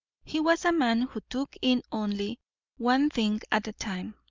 he was a man who took in only one thing at a time.